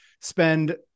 spend